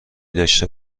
داشته